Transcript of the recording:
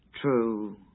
True